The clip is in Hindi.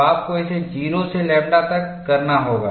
तो आपको इसे 0 से लैम्ब्डा तक करना होगा